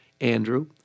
Andrew